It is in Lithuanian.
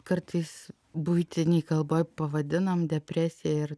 kartais buitinėj kalboj pavadinam depresija ir